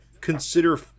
consider